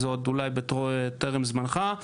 זה עוד אולי טרם זמנך,